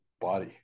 body